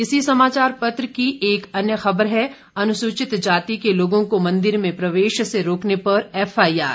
इसी समाचार पत्र की एक अन्य खबर है अनुसूचित जाति के लोगों को मंदिर में प्रवेश से रोकने पर एफआईआर